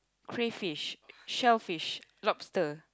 crayfish shellfish lobster